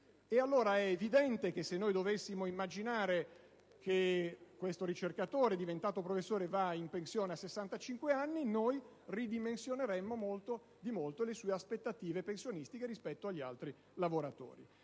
35 anni: è evidente che se noi dovessimo immaginare che questo ricercatore, diventato professore, vada in pensione a 65 anni, ridimensioneremmo di molto le sue aspettative pensionistiche rispetto agli altri lavoratori